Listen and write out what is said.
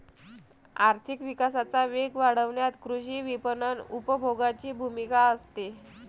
आर्थिक विकासाचा वेग वाढवण्यात कृषी विपणन उपभोगाची भूमिका असते